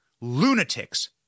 lunatics